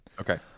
Okay